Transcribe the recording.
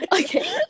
Okay